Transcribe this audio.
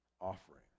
offering